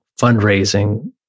fundraising